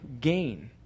gain